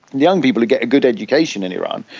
young people who get a good education in iran,